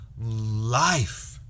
life